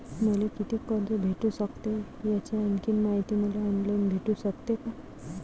मले कितीक कर्ज भेटू सकते, याची आणखीन मायती मले ऑनलाईन भेटू सकते का?